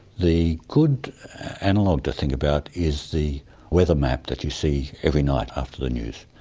the good analogue to think about is the weather map that you see every night after the news.